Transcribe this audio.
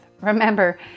Remember